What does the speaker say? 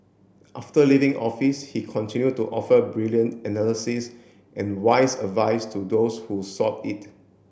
after leaving office he continued to offer brilliant analysis and wise advice to those who sought it